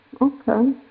okay